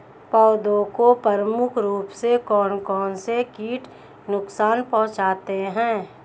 पौधों को प्रमुख रूप से कौन कौन से कीट नुकसान पहुंचाते हैं?